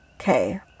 okay